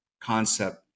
concept